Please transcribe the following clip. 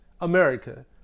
America